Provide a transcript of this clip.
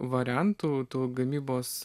variantų tų gamybos